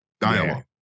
dialogue